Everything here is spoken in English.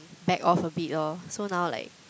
back off a bit lor so now like